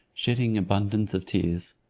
shedding abundance of tears.